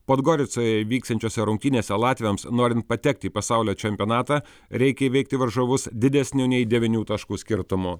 podgoricoje vyksiančiose rungtynėse latviams norint patekti į pasaulio čempionatą reikia įveikti varžovus didesniu nei devynių taškų skirtumu